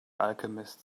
alchemist